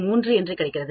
00 pH கிடைக்கிறது